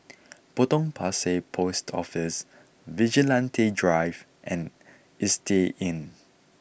Potong Pasir Post Office Vigilante Drive and Istay Inn